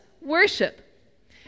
worship